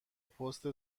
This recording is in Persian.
پست